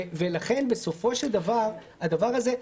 הדבר הזה,